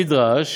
נדרש